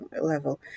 level